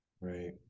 Right